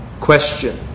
question